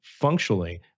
functionally